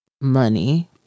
money